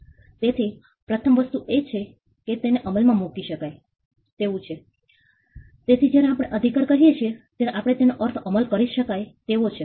તેથી પ્રથમ વસ્તુ એ છે કે તેને અમલમાં મૂકી શકાય તેવું છે તેથી જયારે આપણે અધિકાર કહીએ ત્યારે આપણે તેનો અર્થ અમલ કરી શકાય તેવો છે